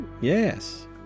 Yes